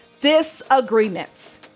disagreements